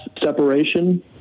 separation